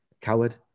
coward